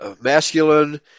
masculine